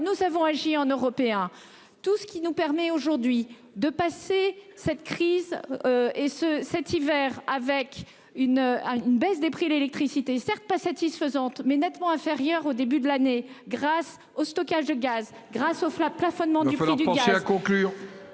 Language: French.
nous avons agi en européen tout ce qui nous permet aujourd'hui de passer cette crise. Et ce cet hiver avec une à une baisse des prix l'électricité certes pas satisfaisante mais nettement inférieur au début de l'année, grâce au stockage de gaz grâce au Flat plafonnement du prix du